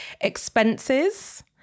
expenses